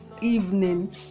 evening